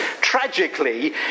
tragically